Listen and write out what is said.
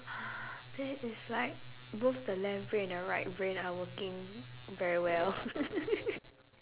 that is like both the left brain and the right brain are working very well